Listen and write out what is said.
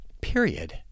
period